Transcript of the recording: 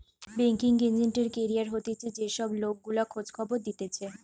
banking agent এর career হতিছে যে সব লোক গুলা খোঁজ খবর দিতেছে